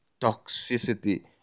toxicity